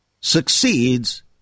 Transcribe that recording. succeeds